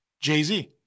jay-z